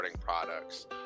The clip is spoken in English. products